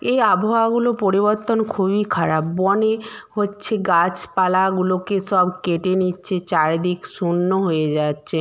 এই আবহাওয়াগুলো পরিবর্তন খুবই খারাপ বনে হচ্ছে গাছপালাগুলোকে সব কেটে নিচ্ছে চারিদিক শূন্য হয়ে যাচ্ছে